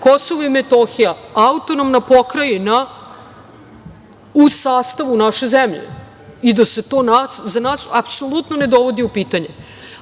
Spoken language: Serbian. Kosovo i Metohija AP u sastavu naše zemlje i da se to za nas, apsolutno ne dovodi u pitanje,